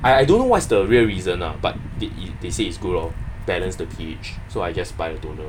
I don't know what's the real reason ah but t~ they say is good lor balance the P_H so I just buy the toner